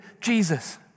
Jesus